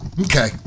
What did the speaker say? Okay